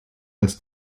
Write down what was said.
als